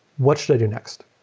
what should i do next?